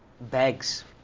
bags